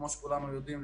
כמו שכולנו יודעים,